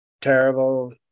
terrible